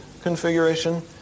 configuration